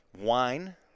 wine